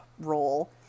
role